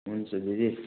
हुन्छ दिदी